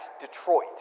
Detroit